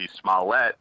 Smollett